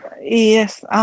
Yes